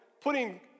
putting